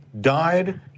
died